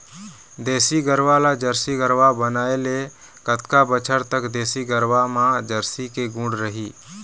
देसी गरवा ला जरसी गरवा बनाए ले कतका बछर तक देसी गरवा मा जरसी के गुण रही?